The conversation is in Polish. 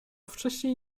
wcześniej